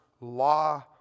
law